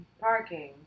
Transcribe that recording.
parking